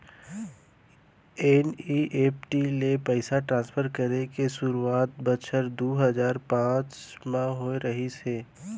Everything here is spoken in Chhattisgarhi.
एन.ई.एफ.टी ले पइसा ट्रांसफर करे के सुरूवात बछर दू हजार पॉंच म होय रहिस हे